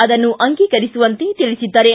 ಅದನ್ನು ಅಂಗೀಕರಿಸುವಂತೆ ತಿಳಿಸಿದ್ದಾರೆ